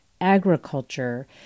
agriculture